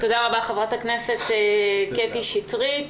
תודה רבה, חברת הכנסת קטי שטרית.